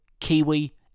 Kiwi